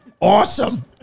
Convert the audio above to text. awesome